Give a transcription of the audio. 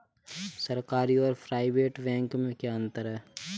सरकारी और private bank में क्या अंतर है?